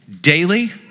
daily